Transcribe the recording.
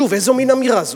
שוב, איזה מין אמירה זאת?